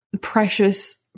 precious